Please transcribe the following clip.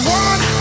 one